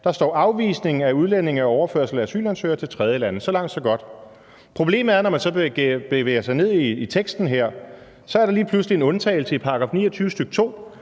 Der står: Afvisning af udlændinge og overførsel af asylansøgere til tredjelande. Så langt, så godt. Problemet er, at når man så bevæger sig ned i teksten her, er der lige pludselig en undtagelse i § 29, stk. 2,